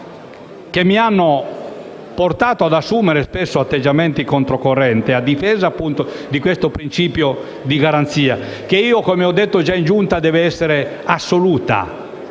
che mi hanno portato ad assumere spesso atteggiamenti controcorrente, a difesa, appunto, di questo principio di garanzia, che, come ho detto già in Giunta, deve essere assoluto.